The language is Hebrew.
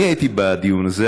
אני הייתי בדיון הזה,